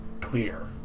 clear